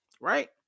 right